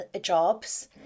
jobs